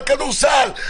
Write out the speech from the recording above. על כדורסל,